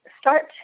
start